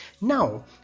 now